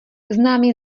známý